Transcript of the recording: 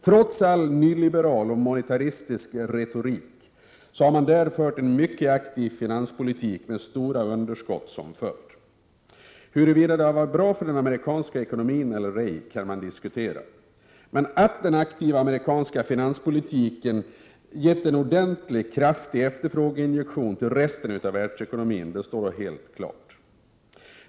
Trots all nyliberal och monetaristisk retorik har man där fört en mycket aktiv finanspolitik med stora underskott som följd. Huruvida det har varit bra för den amerikanska ekonomin eller ej kan diskuteras. Att den aktiva amerikanska finanspolitiken har givit en mycket kraftig efterfrågeinjektion till resten av världsekonomin står dock helt klart.